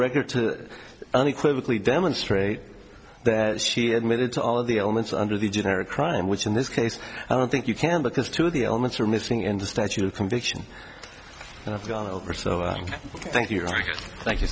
record to unequivocally demonstrate that she admitted to all of the elements under the generic crime which in this case i don't think you can because two of the elements are missing in the statute of conviction and i've gone over so i thank you thank you